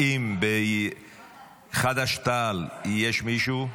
האם בחד"ש-תע"ל יש מישהו?